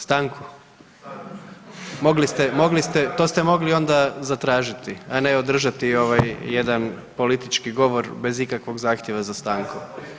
Stanku? ... [[Upadica se ne čuje.]] Mogli ste, to ste mogli onda zatražiti, a ne održati ovaj jedan politički govor bez ikakvog zahtjeva za stanku.